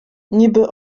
niby